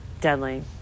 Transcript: deadly